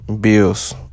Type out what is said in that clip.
bills